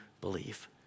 believe